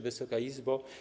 Wysoka Izbo!